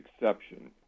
exception